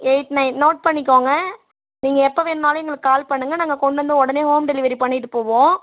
eight nine note பண்ணிக்கங்க நீங்கள் எப்போ வேணுனாலும் எங்களுக்கு கால் பண்ணுங்கள் நாங்கள் கொண்டு வந்து உடனே ஹோம் டெலிவரி பண்ணிட்டு போவோம்